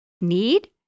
need